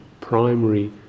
primary